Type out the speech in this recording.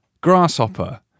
grasshopper